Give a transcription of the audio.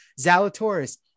Zalatoris